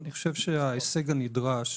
אני חושב שההישג הנדרש